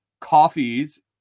coffees